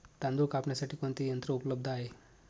तांदूळ कापण्यासाठी कोणते यंत्र उपलब्ध आहे?